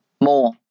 More